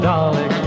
Dolly